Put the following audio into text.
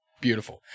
Beautiful